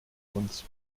uns